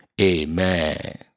Amen